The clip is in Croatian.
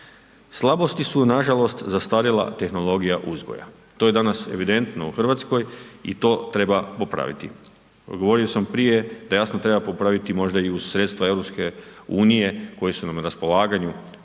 Slabosti su nažalost zastarjela tehnologija uzgoja. To je danas evidentno u Hrvatskoj i to treba popraviti. Odgovorio sam prije da jasno treba popraviti možda i uz sredstva EU koje su nam na raspolaganju,